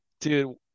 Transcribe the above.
dude